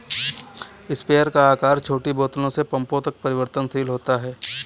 sprayer का आकार छोटी बोतल से पंपों तक परिवर्तनशील होता है